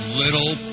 little